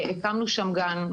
הקמנו שם גן.